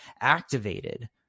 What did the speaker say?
activated